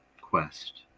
quest